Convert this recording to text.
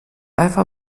ewa